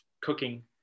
cooking